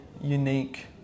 unique